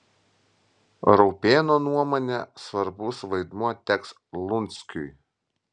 raupėno nuomone svarbus vaidmuo teks lunskiui